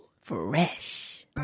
Fresh